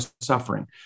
suffering